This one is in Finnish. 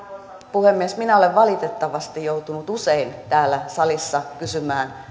puhemies minä olen valitettavasti joutunut usein täällä salissa kysymään